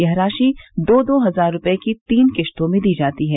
यह राशि दो दो हजार रुपये की तीन किस्तों में दी जाती है